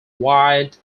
white